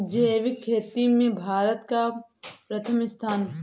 जैविक खेती में भारत का प्रथम स्थान